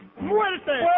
Muerte